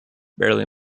barely